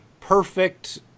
perfect